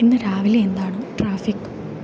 ഇന്ന് രാവിലെ എന്താണ് ട്രാഫിക്